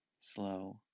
slow